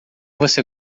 você